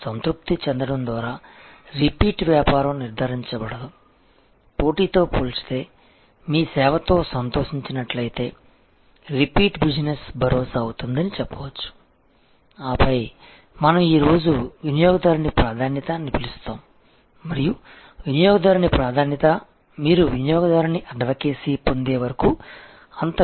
సంతృప్తి చెందడం ద్వారా రిపీట్ వ్యాపారం నిర్ధారించబడదు పోటీతో పోల్చితే మీ సేవతో సంతోషించినట్లయితే రిపీట్ బిజినెస్ భరోసా అవుతుంది అని చెప్పవచ్చు ఆపై మనం ఈరోజు వినియోగదారుని ప్రాధాన్యత అని పిలుస్తాము మరియు వినియోగదారుని ప్రాధాన్యత మీరు వినియోగదారుని అడ్వకేసీ పొందే వరకు అంత విలువైనది కాదు